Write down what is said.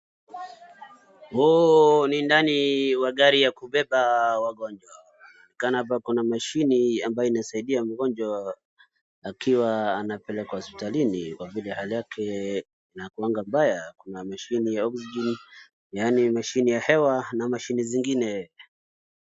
Huu ni ndani wa gari ya kubeba wagonjwa .Inaonekana hapa kuna mashine ambayo inasaidia mgonjwa akiwa anapelekwa hospitalini kwa vile hali yake inakuanga mbaya .Kuna mashine ya oxygen yani mashine ya hewa na mashine zingine .